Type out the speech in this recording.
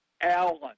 Allen